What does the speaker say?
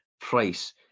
price